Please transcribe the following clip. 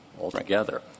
altogether